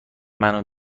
منو